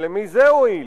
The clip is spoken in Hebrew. ולמי זה הועיל?